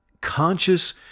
conscious